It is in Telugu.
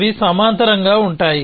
అవి సమాంతరంగా ఉంటాయి